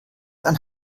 dann